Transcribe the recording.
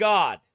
God